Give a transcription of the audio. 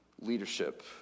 leadership